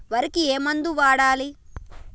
వరికి ఏ మందు వాడాలి?